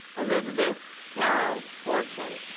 elizabeth carroll fortune